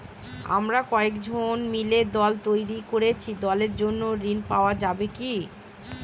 আমরা কয়েকজন মিলে দল তৈরি করেছি দলের জন্য ঋণ পাওয়া যাবে কি?